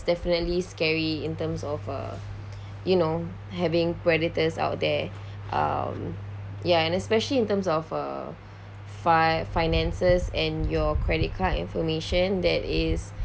definitely scary in terms of uh you know having predators out there um ya and especially in terms of uh fi~ finances and your credit card information that is